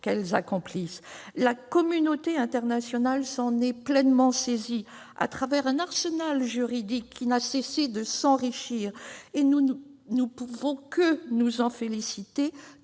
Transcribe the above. qu'elles accomplissent ! La communauté internationale s'en est pleinement saisie à travers un arsenal juridique qui n'a cessé de s'enrichir et nous ne pouvons que nous en féliciter,